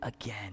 again